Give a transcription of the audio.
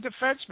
defenseman